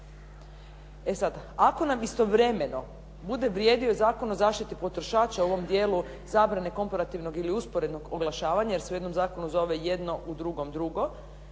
E sad, ako nam istovremeno bude vrijedio Zakon o zaštiti potrošača u ovom dijelu zabrane komparativnog ili usporednog oglašavanja, jer se u jednom zakonu zove jedno, u drugom drugo,